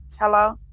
Hello